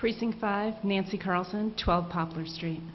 precinct five nancy carlson twelve poplar street